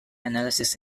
analysis